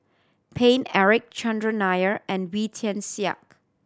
Paine Eric Chandran Nair and Wee Tian Siak